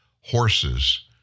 horses